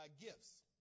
gifts